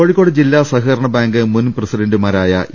കോഴിക്കോട് ജില്ലാ സഹകരണ ബാങ്ക് മുൻ പ്രസിഡന്റുമാരായ ഇ